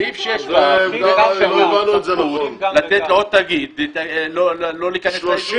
סעיף 6 - לתת לעוד תאגיד לא להיכנס לאזורי.